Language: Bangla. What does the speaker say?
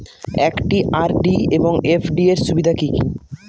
একটি আর.ডি এবং এফ.ডি এর সুবিধা কি কি?